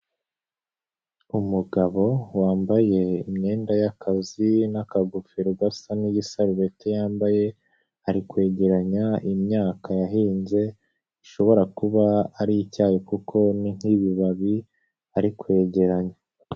Umugabo wambaye imyenda y'akazi n'akagofero gasa n'igisarubeti yambaye ari kwegeranya imyaka yahinze ishobora kuba ari icyayi kuko ni nk'ibibabi ari kwegeranya.